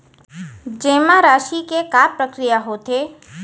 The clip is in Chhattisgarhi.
जेमा राशि के का प्रक्रिया होथे?